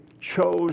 chose